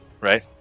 right